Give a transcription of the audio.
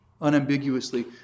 unambiguously